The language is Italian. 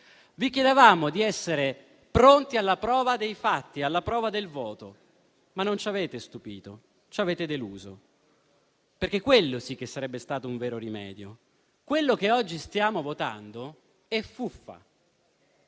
Vi chiedevamo di essere pronti alla prova dei fatti, alla prova del voto. Non ci avete stupito, però: ci avete deluso. Quello sì che sarebbe stato il vero rimedio, mentre quello che stiamo votando è "fuffa".